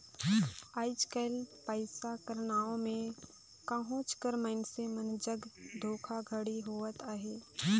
आएज काएल पइसा कर नांव में कहोंच कर मइनसे मन जग धोखाघड़ी होवत अहे